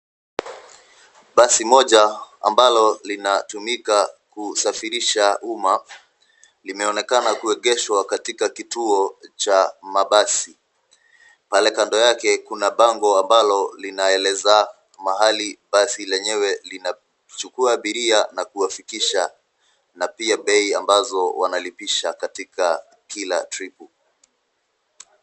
Basi moja ambalo linatumika kusafirisha uma, limeonekana kuegeshwa katika kituo cha mabasi. Pale kando yake kuna bango ambalo linaeleza mahali basi lenyewe linachukua abiria na kuwafikisha na pia bei ambazo wanalipisha katika kila tripu .